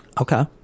Okay